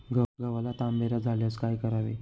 गव्हाला तांबेरा झाल्यास काय करावे?